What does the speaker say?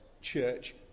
church